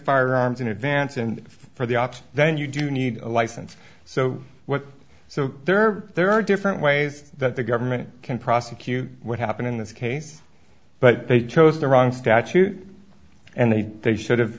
firearms in advance and for the op then you do need a license so what so there are there are different ways that the government can prosecute what happened in this case but they chose the wrong statute and they they should have